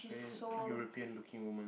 hey that European looking woman